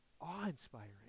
awe-inspiring